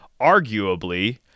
arguably